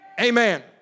Amen